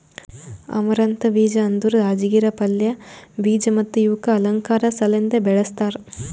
amaranth ಬೀಜ ಅಂದುರ್ ರಾಜಗಿರಾ ಪಲ್ಯ, ಬೀಜ ಮತ್ತ ಇವುಕ್ ಅಲಂಕಾರ್ ಸಲೆಂದ್ ಬೆಳಸ್ತಾರ್